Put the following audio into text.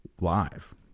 Live